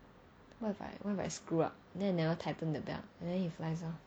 what if I what if I screw up then I never tightened the belt and then he flies off